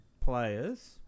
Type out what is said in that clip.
players